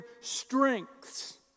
strengths